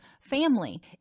family